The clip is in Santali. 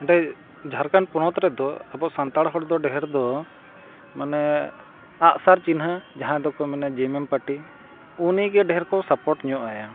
ᱚᱸᱰᱮ ᱡᱷᱟᱲᱠᱷᱚᱸᱰ ᱯᱚᱱᱚᱛ ᱨᱮᱫᱚ ᱟᱵᱚ ᱥᱟᱱᱛᱟᱲ ᱦᱚᱲ ᱫᱚ ᱰᱷᱮᱨ ᱫᱚ ᱢᱟᱱᱮ ᱟᱜᱼᱥᱟᱨ ᱪᱤᱱᱦᱟᱹ ᱡᱟᱦᱟᱸᱭ ᱫᱚᱠᱚ ᱢᱟᱱᱮ ᱡᱮ ᱮᱢ ᱮᱢ ᱯᱟᱴᱤ ᱩᱱᱤᱜᱮ ᱰᱷᱮᱨ ᱠᱚ ᱥᱟᱯᱚᱴ ᱧᱚᱜ ᱟᱭᱟ